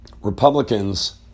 Republicans